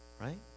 right